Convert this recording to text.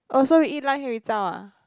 oh so we eat lunch then we zao ah